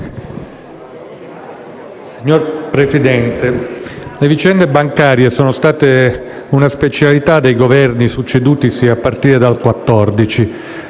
Signor Presidente, le vicende bancarie sono state una specialità dei Governi succedutisi a partire dal 2014.